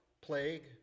plague